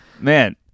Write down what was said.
Man